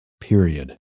Period